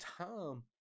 time